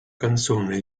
canzone